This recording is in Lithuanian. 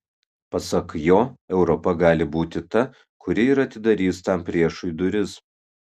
pasak jo europa gali būti ta kuri ir atidarys tam priešui duris